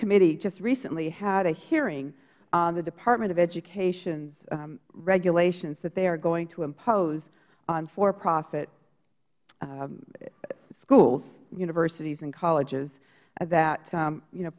committee just recently had a hearing on the department of education's regulations that they are going to impose on forprofit schools universities and colleges that you know